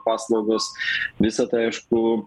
paslaugos visa tai aišku